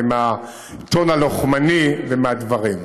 ומהטון הלוחמני ומהדברים.